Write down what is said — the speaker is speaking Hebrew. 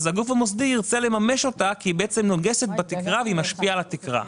הגוף המוסדי ירצה לממש אותה כי היא נוגסת בתקרה ומשפיעה על התקרה.